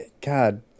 god